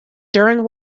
during